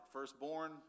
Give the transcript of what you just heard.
Firstborn